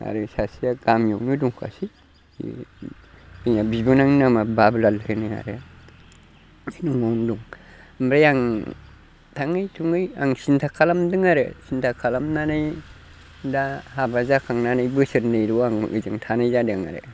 आरो सासेआ गामिआवनो दंखासै बिबोनांनि नामा बाबुलाल होनो आरो न'आवनो दं ओमफ्राय आं थांङै थुंयै आं सिन्था खामदों आरो सिन्था खालामनानै दा हाबा जाखांनानै बोसोरनैल' आं ओजों थानाय जादों आरो